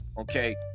okay